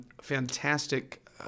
fantastic